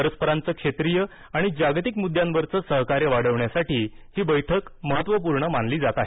परस्परांचे क्षेत्रीय आणि जागतिक मुद्द्यांवरील सहकार्य वाढविण्यासाठी ही बैठक महत्वपूर्ण मानली जात आहे